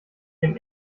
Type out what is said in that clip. dem